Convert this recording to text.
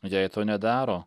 jei to nedaro